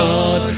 God